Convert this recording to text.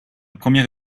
première